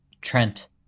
Trent